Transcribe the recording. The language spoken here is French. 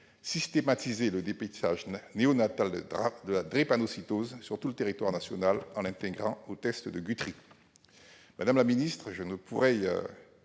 Systématisez le dépistage néonatal de la drépanocytose sur tout le territoire national en l'intégrant au test de Guthrie ! Madame la ministre, je ne saurais